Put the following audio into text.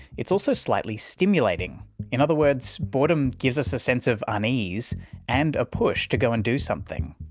it's also slightly stimulating in other words, boredom gives us a sense of unease and a push to go and do something.